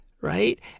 right